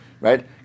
Right